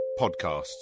podcasts